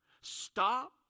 Stop